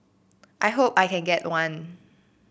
I hope I can get one